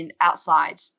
outside